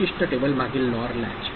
विशिष्ट टेबल मागील NOR latch